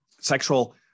Sexual